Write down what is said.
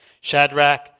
Shadrach